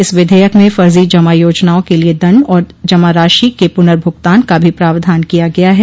इस विधेयक में फर्जी जमा योजनाओं के लिए दण्ड और जमा राशि के पुनर्भुगतान का भी प्रावधान किया गया है